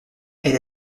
elle